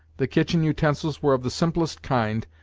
the kitchen utensils were of the simplest kind,